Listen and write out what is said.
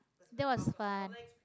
that was fun